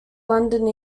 london